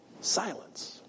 silence